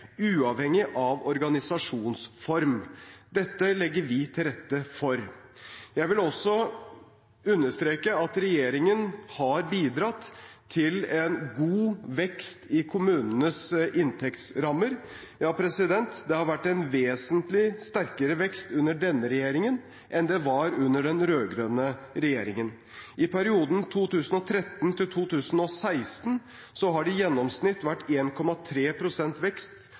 uavhengig av organisasjonsform. Dette legger vi til rette for. Jeg vil også understreke at regjeringen har bidratt til en god vekst i kommunenes inntektsrammer. Ja, det har vært en vesentlig sterkere vekst under denne regjeringen enn det var under den rød-grønne regjeringen. I perioden 2013–2016 har det i gjennomsnitt vært 1,3 pst. vekst